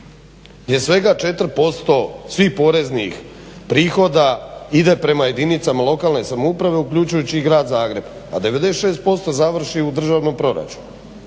gdje svega 4% svih poreznih prihoda ide prema jedinicama lokalne samouprave uključujući i grad Zagreb, a 96% završi u državnom proračunu.